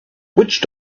witch